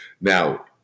Now